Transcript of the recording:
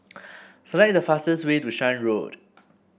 select the fastest way to Shan Road